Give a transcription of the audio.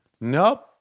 Nope